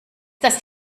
das